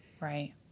Right